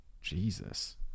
Jesus